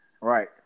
Right